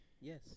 Yes